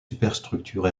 superstructure